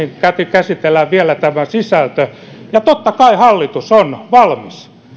käsitellään vielä tämä sisältö ja totta kai hallitus on valmis